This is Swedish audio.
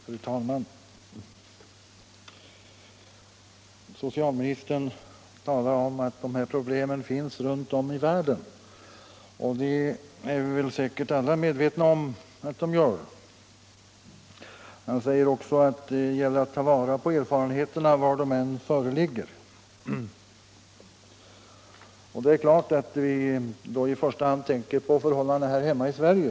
Fru talman! Socialministern talar om att de här problemen finns runt om i världen, och det är vi säkert alla medvetna om. Han säger också att det gäller att ta vara på erfarenheterna, var de än föreligger. Det är klart att vi då i första hand tänker på förhållandena här hemma i Sverige.